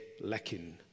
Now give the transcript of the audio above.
lacking